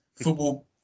football